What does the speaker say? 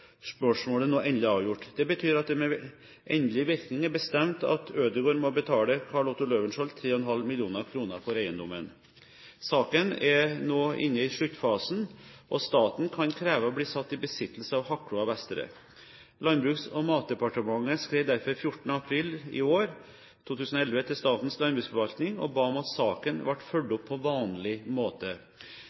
nå endelig avgjort. Det betyr at det med endelig virkning er bestemt at Ødegård må betale Carl Otto Løvenskiold 3,5 mill. kr for eiendommen. Saken er nå inne i sluttfasen, og staten kan kreve å bli satt i besittelse av Vestre Hakkloa. Landbruks- og matdepartementet skrev derfor 14. april i år til Statens landbruksforvaltning og ba om at saken ble fulgt opp på vanlig måte.